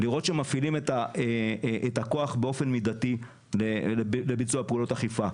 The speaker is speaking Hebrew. לראות שמפעילים את הכוח באופן מידתי לביצוע פעולות אכיפה.